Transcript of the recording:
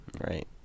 right